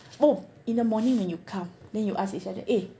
oh in the morning when you come then you ask each other eh